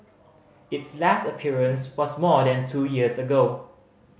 its last appearance was more than two years ago